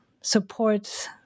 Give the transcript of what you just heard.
support